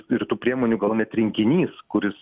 ir tų priemonių gal net rinkinys kuris